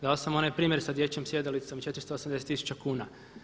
Dao sam onaj primjer sa dječjom sjedalicom i 480000 kuna.